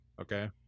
Okay